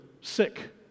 sick